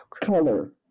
color